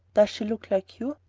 does she look like you?